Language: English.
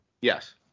Yes